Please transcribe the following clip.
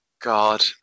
God